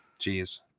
Jeez